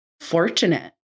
fortunate